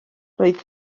roedd